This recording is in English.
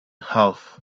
half